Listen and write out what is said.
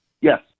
Yes